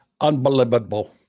Unbelievable